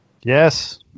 Yes